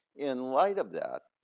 in light of that,